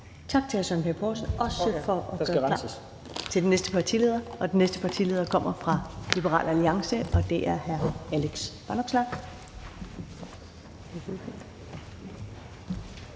Tak til hr. Søren Pape Poulsen – også for at gøre klar til den næste partileder. Og den næste partileder kommer fra Liberal Alliance. Hr. Alex Vanopslagh.